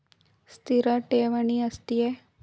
ಸ್ಥಿರ ಠೇವಣಿ ಆಸ್ತಿಯೇ?